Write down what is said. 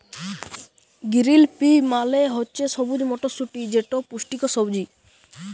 গিরিল pea মালে হছে সবুজ মটরশুঁটি যেট পুষ্টিকর সবজি